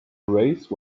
race